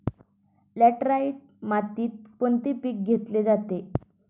Laterite मातीत कोणते पीक घेतले जाते?